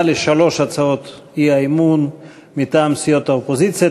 שענה על שלוש הצעות האי-אמון מטעם סיעות האופוזיציה.